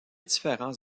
différents